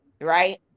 right